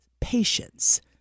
patience